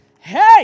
Hey